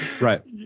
right